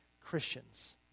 Christians